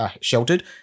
sheltered